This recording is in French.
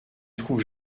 trouve